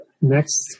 next